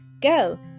Go